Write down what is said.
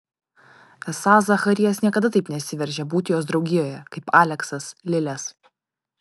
esą zacharijas niekada taip nesiveržia būti jos draugijoje kaip aleksas lilės